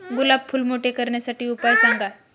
गुलाब फूल मोठे करण्यासाठी उपाय सांगा?